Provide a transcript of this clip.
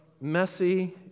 messy